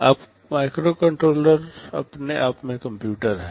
अब माइक्रोकंट्रोलर अपने आप में कंप्यूटर हैं